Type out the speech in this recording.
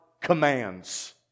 commands